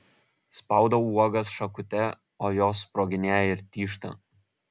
spaudau uogas šakute o jos sproginėja ir tyžta